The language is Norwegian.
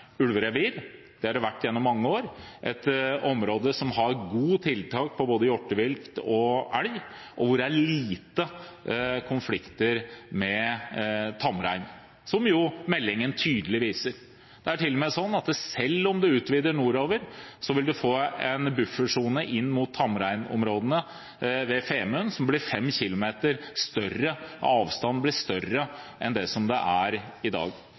ulverevir, det har det vært gjennom mange år. Det er et område som har god tilgang på både hjortevilt og elg, og hvor det er lite konflikter med tamrein, som meldingen tydelig viser. Det er til og med sånn at selv om man utvider nordover, vil man få en buffersone mot tamreinområdene ved Femunden, som blir 5 km større – avstanden blir større enn det den er i dag.